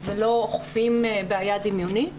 ולא אוכפים בעיה דמיונית.